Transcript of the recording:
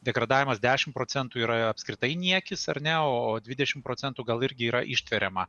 degradavimas dešim procentų yra apskritai niekis ar ne o dvidešim procentų gal irgi yra ištveriama